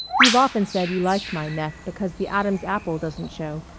you've often said you liked my neck because the adam's apple doesn't show,